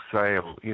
sale